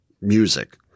music